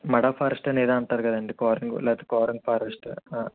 మడ ఫారెస్ట్ అని ఏదో అంటారు కదా అండి లేదా కోరంగ్ కోరంగి ఫారెస్ట్